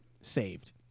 saved